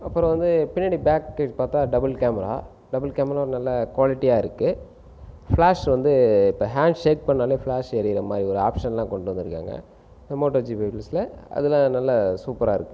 அப்புறம் வந்து பின்னாடி பேக்ஸ் கேஸ் பார்த்தா டபுள் கேமரா டபுள் கேமராவும் நல்லா குவாலிட்டியாக இருக்குது பிளாஷ் வந்து இப்போ ஹாண்ட் ஷேக் பண்ணிணாலே பிளாஷ் எரிகிற மாதிரி ஒரு ஆப்ஷனெல்லாம் கொண்டு வந்திருக்காங்க Moto G five S plus அதெல்லாம் நல்லா சூப்பராக இருக்குது